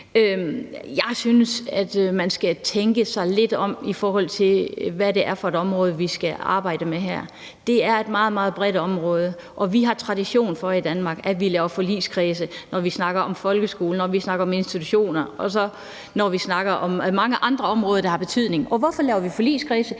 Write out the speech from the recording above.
Jeg synes, at man skal tænke sig lidt om, i forhold til hvad det er for et område, vi skal arbejde med her. Det er et meget, meget bredt område, og vi har i Danmark tradition for at lave forligskredse, når vi snakker om folkeskolen, og når vi snakker om institutioner og mange andre områder, som har betydning. Hvorfor laver vi forligskredse?